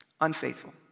Unfaithful